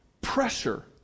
pressure